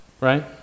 right